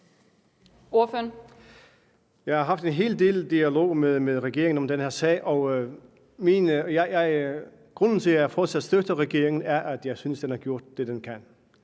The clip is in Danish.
Jeg har haft en hel del dialog med regeringen om den her sag, og grunden til, at jeg fortsat støtter regeringen, er, at jeg synes, den har gjort det, den kan.